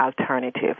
alternative